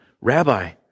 Rabbi